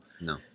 No